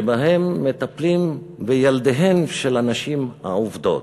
שבהם מטפלים בילדיהן של הנשים העובדות.